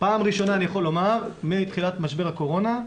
פעם ראשונה אני יכול לומר מתחילת משבר הקורונה,